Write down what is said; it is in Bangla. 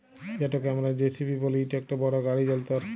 যেটকে আমরা জে.সি.বি ব্যলি ইট ইকট বড় গাড়ি যল্তর